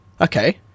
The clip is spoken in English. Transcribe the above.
Okay